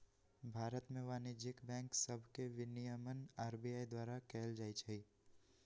भारत में वाणिज्यिक बैंक सभके विनियमन आर.बी.आई द्वारा कएल जाइ छइ